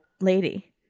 lady